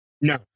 No